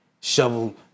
shovel